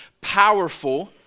powerful